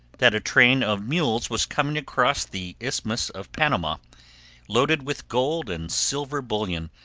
that a train of mules was coming across the isthmus of panama loaded with gold and silver bullion,